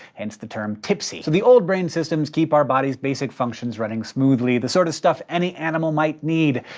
hence the term tipsy. so the old brain systems keep our body's basic functions running smoothly the sort of stuff any animal might need.